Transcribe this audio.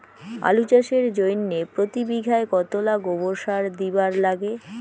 আলু চাষের জইন্যে প্রতি বিঘায় কতোলা গোবর সার দিবার লাগে?